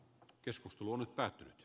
keskustelu on päättynyt